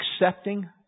accepting